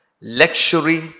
luxury